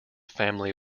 family